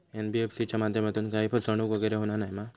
NBFC च्या माध्यमातून काही फसवणूक वगैरे होना नाय मा?